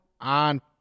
on